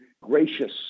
gracious